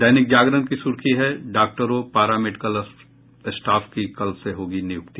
दैनिक जागरण की सुर्खी है डॉक्टरों पारा मेडिकल स्टॉफ की कल से होगी नियुक्ति